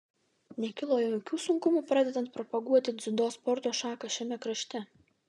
nekilo jokių sunkumų pradedant propaguoti dziudo sporto šaką šiame krašte